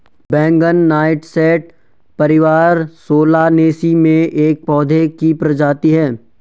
बैंगन नाइटशेड परिवार सोलानेसी में एक पौधे की प्रजाति है